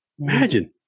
Imagine